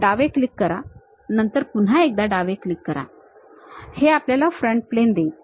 डावे क्लिक करा नंतर पुन्हा एकदा डावे क्लिक करा हे आपल्याला फ्रंट प्लेन देईल